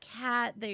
cat